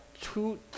two